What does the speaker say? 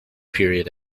period